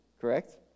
correct